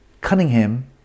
Cunningham